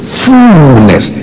fullness